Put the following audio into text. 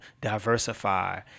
diversify